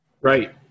Right